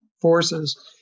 forces